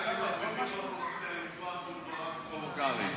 --- לשמוע שיעור תורה של שלמה קרעי.